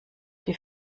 die